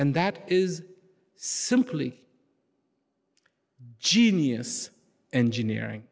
and that is simply a genius engineering